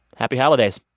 happy holidays